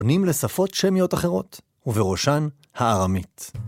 פונים לשפות שמיות אחרות, ובראשן, הארמית.